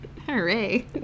hooray